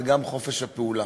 וגם חופש הפעולה.